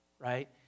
right